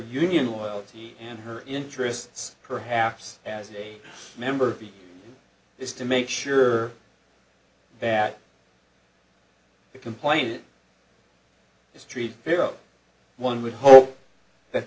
union loyalty and her interests perhaps as a member of this to make sure that the complaint is treated fierro one would hope that